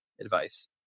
advice